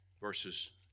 verses